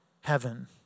heaven